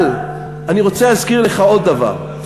אבל אני רוצה להזכיר לך עוד דבר: